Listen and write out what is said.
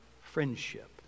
friendship